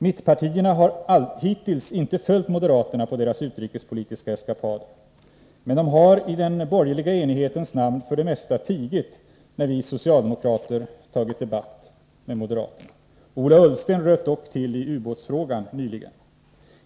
Mittpartierna har hittills inte följt moderaterna på deras utrikespolitiska eskapader. Men de har i den borgerliga enighetens namn för det mesta tigit när vi socialdemokrater tagit debatt med moderaterna. Ola Ullsten röt dock till i ubåtsfrågan nyligen.